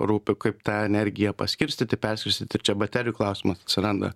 rūpi kaip tą energiją paskirstyti perskirstyti ir čia baterijų klausimas atsiranda